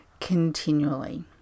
continually